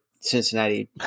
cincinnati